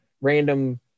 Random